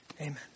amen